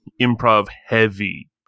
improv-heavy